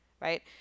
Right